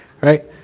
right